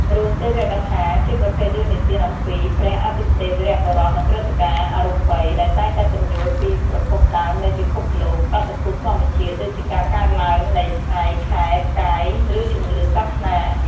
រឿងទេវកថា ជាប្រភេទរឿងនិទានអំពី ព្រះ អាទិទេព វីរបុរស និងព្រឹត្តិការណ៍ អរូបី ដែលតែងតែពន្យល់ពីប្រភពដើមនៃពិភពលោក បាតុភូតធម្មជាតិ ដូចជាការកើតឡើងនៃថ្ងៃ ខែ ផ្កាយ ឬជំនឿសាសនា ។